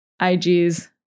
IG's